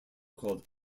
called